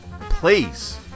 please